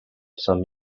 some